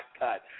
cut